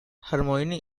hermione